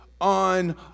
on